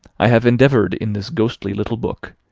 i have endeavoured in this ghostly little book,